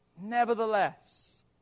nevertheless